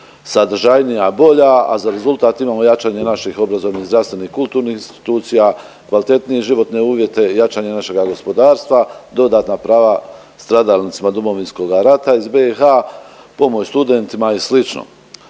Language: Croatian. sadržajnija, bolja, a za rezultat imamo jačanje naših obrazovnih, zdravstvenih i kulturnih institucija, kvalitetnije životne uvjete i jačanje našega gospodarstva, dodatna prava stradalnicima Domovinskoga rata iz BiH, domovi studentima i